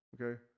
Okay